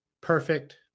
Perfect